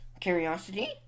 Curiosity